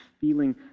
feeling